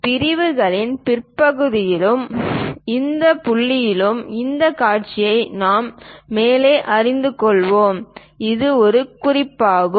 பிரிவுகளின் பிற்பகுதியிலும் இந்த புள்ளியிலும் இந்தக் காட்சிகளைப் பற்றி மேலும் அறிந்து கொள்வோம் இது ஒரு குறிப்பாகும்